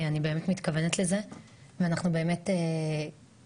אני באמת מתכוונת לזה,